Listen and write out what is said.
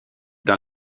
dans